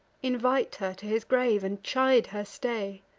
invite her to his grave, and chide her stay.